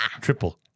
Triple